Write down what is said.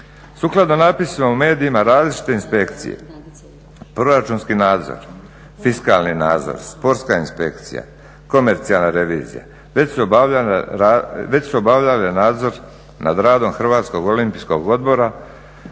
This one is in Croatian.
Sukladno natpisima u medijima različite inspekcije, proračunski nadzor, fiskalni nadzor, sportska inspekcija, komercijalna revizija već su obavljale nadzor nad radom Hrvatskog olimpijskog odbora